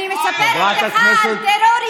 חבר הכנסת אמסלם, היא